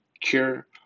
cure